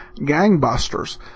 Gangbusters